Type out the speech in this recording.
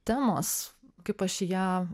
temos kaip aš į ją